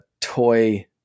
toy